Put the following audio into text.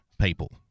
people